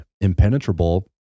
impenetrable